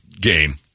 game